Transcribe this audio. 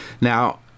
Now